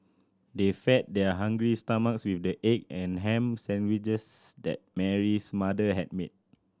they fed their hungry stomachs with the egg and ham sandwiches that Mary's mother had made